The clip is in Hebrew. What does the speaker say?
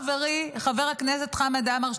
חברי חבר הכנסת חמד עמאר,